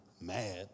mad